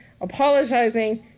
apologizing